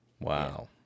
Wow